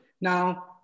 Now